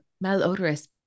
malodorous